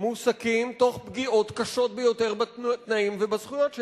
מועסקים תוך פגיעות קשות ביותר בתנאים ובזכויות שלהם.